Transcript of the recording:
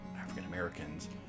African-Americans